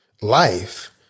life